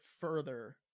further